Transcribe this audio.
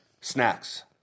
snacks